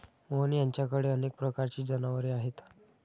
मोहन यांच्याकडे अनेक प्रकारची जनावरे आहेत